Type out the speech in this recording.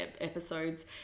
episodes